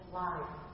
life